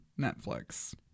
Netflix